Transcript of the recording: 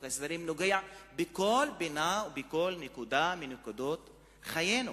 חוק ההסדרים נוגע בכל פינה ובכל נקודה מנקודות חיינו.